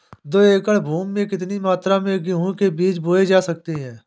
दो एकड़ भूमि में कितनी मात्रा में गेहूँ के बीज बोये जा सकते हैं?